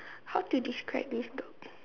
how to describe this dog